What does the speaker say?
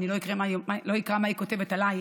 אני לא אקרא מה היא כותבת עליי,